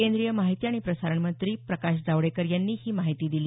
केंद्रीय माहिती आणि प्रसारण मंत्री जावडेकर यांनी ही माहिती दिली